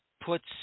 puts